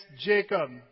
Jacob